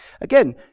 again